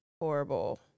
horrible